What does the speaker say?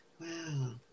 Wow